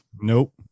Nope